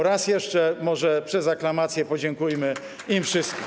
Raz jeszcze, może przez aklamację, podziękujmy im wszystkim.